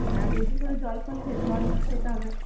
হ্যাঁ বেশি করে জল ফল জল খেতে হবে